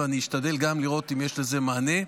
ואשתדל גם לראות אם יש לזה מענה.